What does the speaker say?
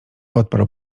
odparł